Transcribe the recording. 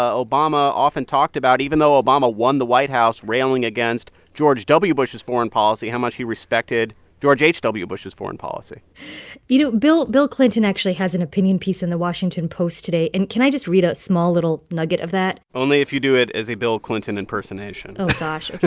ah obama often talked about even though obama won the white house railing against george w. bush's foreign policy how much he respected george h w. bush's foreign policy you know, bill bill clinton actually has an opinion piece in the washington post today. and can i just read a small little nugget of that? only if you do it as a bill clinton impersonation oh, gosh.